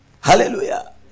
Hallelujah